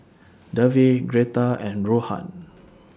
Davey Gretta and Rohan